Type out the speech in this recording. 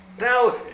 Now